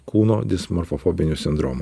kūno dismorfofobiniu sindromu